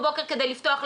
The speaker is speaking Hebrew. בבקשה,